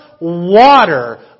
water